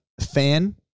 fan